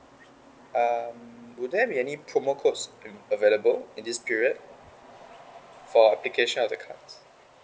um would there be any promo codes a~ available in this period for application of the cards